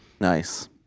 nice